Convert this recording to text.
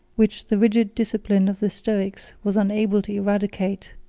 which the rigid discipline of the stoics was unable to eradicate,